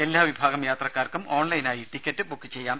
എല്ലാ വിഭാഗം യാത്രക്കാർക്കും ഓൺലൈനായി ടിക്കറ്റ് ബുക്ക് ചെയ്യാം